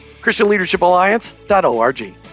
christianleadershipalliance.org